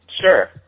sure